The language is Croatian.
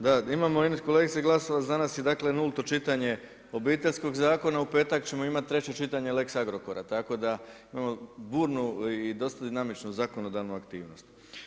Da, imamo kolegice Glasova danas je nulto čitanje Obiteljskog zakona u petak ćemo imati treće čitanje Lex Agrokora tako da imamo burnu i dosta dinamičnu zakonodavnu aktivnost.